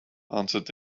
answered